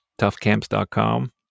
toughcamps.com